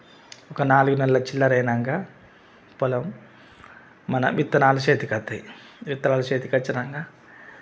ఒక నాలుగు నెలల చిల్లరైనాంక పొలం మన విత్తనాలు చేతికి అందుతాయి విత్తనాలు చేతికి వచ్చినాంక